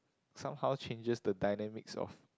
somehow changes the dynamics of